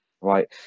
right